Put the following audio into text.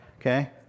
Okay